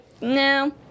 no